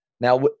now